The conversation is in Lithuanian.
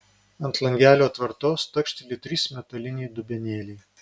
ant langelio atvartos takšteli trys metaliniai dubenėliai